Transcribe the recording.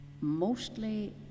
mostly